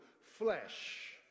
flesh